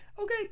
okay